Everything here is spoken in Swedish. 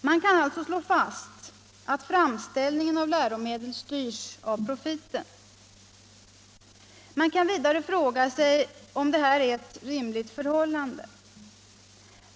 Man kan alltså slå fast att framställningen av läromedel styrs av profiten. Man kan vidare fråga sig om detta är ett rimligt förhållande.